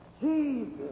Jesus